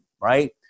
right